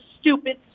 stupid